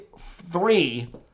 three